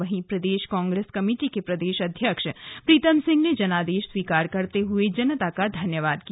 वहीं प्रदेश कांग्रेस कमेटी के प्रदेश अध्यक्ष प्रीतम सिंह ने जनादेश स्वीकार करते हुए जनता का धन्यवाद दिया